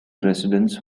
residents